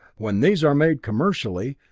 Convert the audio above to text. when these are made commercially,